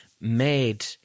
made